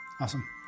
awesome